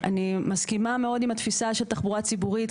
אני מסכימה מאוד עם התפיסה של תחבורה ציבורית,